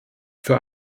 für